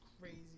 crazy